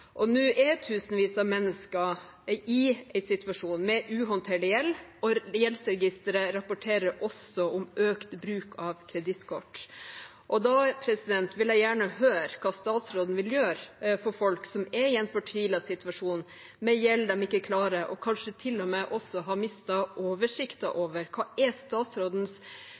Nå er tusenvis av mennesker i en situasjon med uhåndterlig gjeld, og Gjeldsregisteret rapporterer også om økt bruk av kredittkort. Da vil jeg gjerne høre hva statsråden vil gjøre for folk som er i en fortvilet situasjon, med gjeld de ikke klarer, og kanskje til og med også har mistet oversikten over. Hva er statsrådens